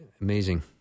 amazing